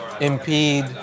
impede